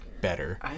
better